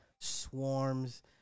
swarms